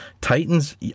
Titans